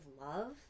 love